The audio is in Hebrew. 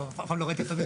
ד' עלתה הערה בדיון הקודם.